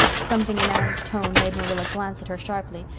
something in anne's tone made marilla glance at her sharply,